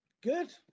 Good